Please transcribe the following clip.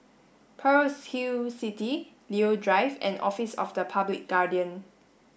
Pearl's Hill City Leo Drive and Office of the Public Guardian